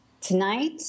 Tonight